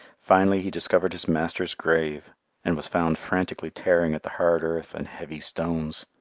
finally he discovered his master's grave and was found frantically tearing at the hard earth and heavy stones.